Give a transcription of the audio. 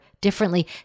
differently